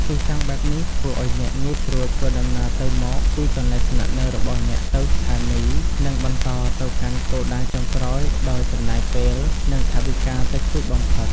ទីតាំងបែបនេះធ្វើឱ្យអ្នកងាយស្រួលធ្វើដំណើរទៅមកពីកន្លែងស្នាក់នៅរបស់អ្នកទៅស្ថានីយ៍ និងបន្តទៅកាន់គោលដៅចុងក្រោយដោយចំណាយពេល និងថវិកាតិចតួចបំផុត។